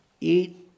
Eat